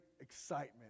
excitement